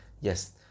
Yes